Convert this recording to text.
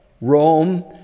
Rome